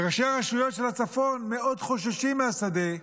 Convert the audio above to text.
וראשי הרשויות של הצפון מאוד חוששים מהשדה,